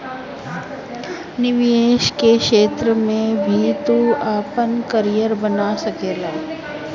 निवेश के क्षेत्र में भी तू आपन करियर बना सकेला